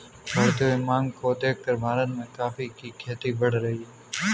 बढ़ती हुई मांग को देखकर भारत में कॉफी की खेती बढ़ रही है